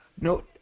no